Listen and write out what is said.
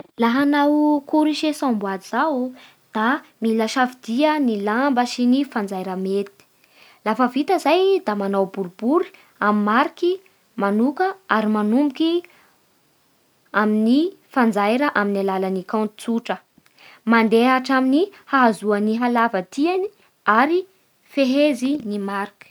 Laha hanao korise samboady zao da mila safidia ny lamba dy ny fanjaira mety, lafa vita zay da manao boribory amin'ny mariky manoka ary manomboky ny fanjaira amin'ny alan'ny compte tsotra, mandeha hatramin'ny hahazoan'ny halava tiagny ary fehezy ny marque.